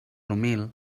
humil